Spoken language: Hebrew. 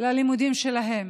ללימודים שלהם,